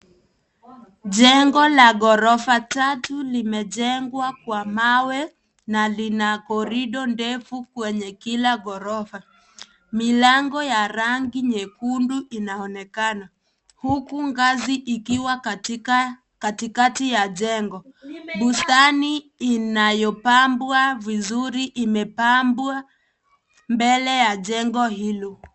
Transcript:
Jengo la ghorofa tatu limejengwa Kwa mawe na Lina korido ndefu kwenye kila ghorofa , milango ya rangi nyekundu inaonekana huku ngazi ikiwa katikati ya jengo. Bustani inayopampwa vizuri imepambwa mbele ya jengo hilo.